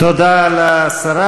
תודה לשרה.